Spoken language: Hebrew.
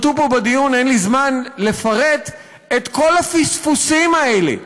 אין לי זמן לפרט את כל הפספוסים האלה,